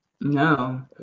no